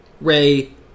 Ray